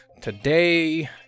today